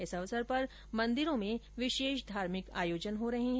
इस अवसर पर मन्दिरों में विशेष धार्मिक आयोजन किए जा रहे है